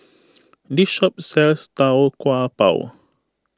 this shop sells Tau Kwa Pau